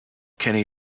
kenny